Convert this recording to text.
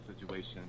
situation